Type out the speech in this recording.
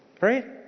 Right